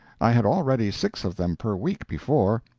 i had already six of them per week before.